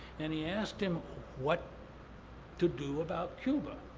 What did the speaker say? and he asked him what to do about cuba.